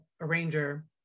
arranger